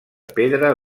pedra